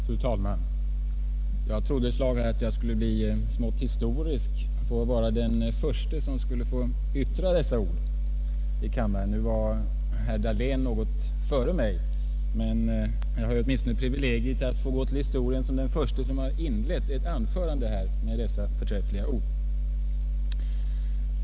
Fru. talman! Jag trodde ett slag att jag skulle bli smått historisk och få vara den förste som yttrade dessa ord i kammaren. Nu var herr Dahlén något före mig, men jag har åtminstone privilegiet att få gå till historien som den förste som har inlett ett anförande med dessa förträffliga ord.